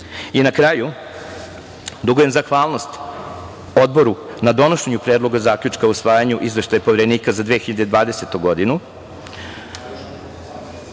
kraju, dugujem zahvalnost Odboru na donošenju Predloga zaključka o usvajanju Izveštaja Poverenika za 2020. godinu.